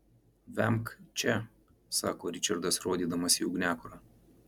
vemk čia sako ričardas rodydamas į ugniakurą